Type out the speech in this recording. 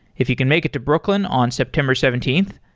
if you can make it to brooklyn on september seventeenth,